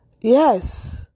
yes